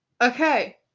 Okay